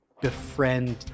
befriend